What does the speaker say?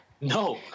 No